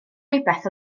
rywbeth